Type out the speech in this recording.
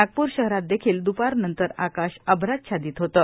नागपूर शहरात देखील द्पारनंतर आकाश अभ्राच्छादित होतं